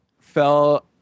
Fell